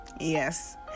Yes